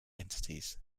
entities